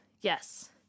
Yes